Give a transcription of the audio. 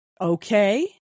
okay